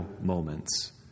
moments